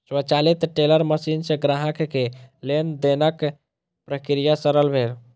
स्वचालित teller machine सॅ ग्राहक के लेन देनक प्रक्रिया सरल भेल